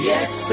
Yes